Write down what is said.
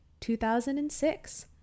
2006